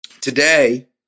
today